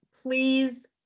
please